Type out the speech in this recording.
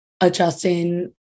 adjusting